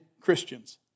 Christians